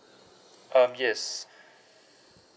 um yes